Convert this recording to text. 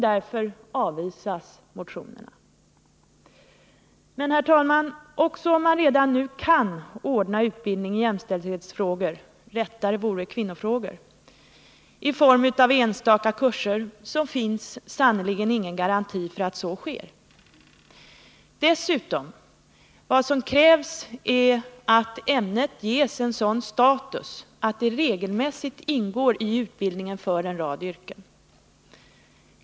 Därför avvisas motionerna. Men, herr talman, även om man redan nu kan ordna utbildning i jämställdhetsfrågor — rättare vore att tala om kvinnofrågor — i form av enstaka kurser, finns det sannerligen ingen garanti för att så sker. Dessutom krävs att ämnet ges en sådan status att det regelmässigt ingår i utbildningen för en rad yrken.